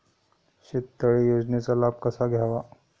शेततळे योजनेचा लाभ कसा घ्यावा?